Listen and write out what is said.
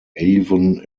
avon